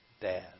Dad